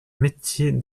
métier